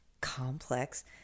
complex